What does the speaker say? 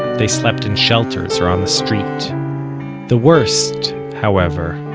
they slept in shelters or on the street the worst, however,